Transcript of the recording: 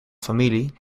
familie